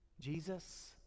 Jesus